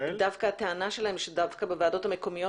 הטענה שלהם היא שדווקא בוועדות המקומיות